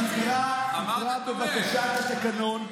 תקרא, בבקשה, את התקנון.